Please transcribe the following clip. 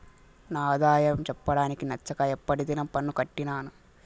నా ఆదాయం చెప్పడానికి నచ్చక ఎప్పటి దినం పన్ను కట్టినాను